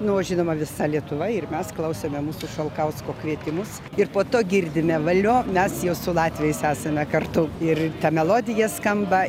nu o žinoma visa lietuva ir mes klausėme mūsų šalkausko kvietimus ir po to girdime valio mes jau su latviais esame kartu ir ta melodija skamba